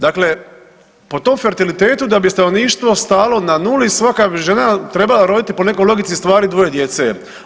Dakle, po tom fertilitetu da bi stanovništvo stalo na nuli svaka bi žena trebala roditi po nekoj logici stvari dvoje djece.